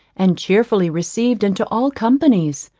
and cheerfully received into all companies.